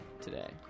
today